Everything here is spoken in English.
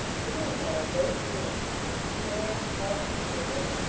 the room had a low ceiling and two square, small-paned windows,